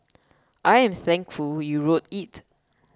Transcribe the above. I am thankful you wrote it